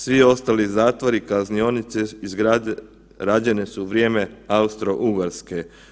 Svi ostali zatvori, kaznionice, rađene su u vrijeme Austro-Ugarske.